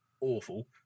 awful